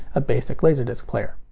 a basic laserdisc player.